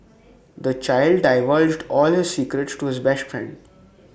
the child divulged all his secrets to his best friend